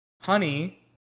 Honey